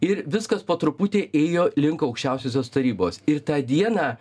ir viskas po truputį ėjo link aukščiausiosios tarybos ir tą dieną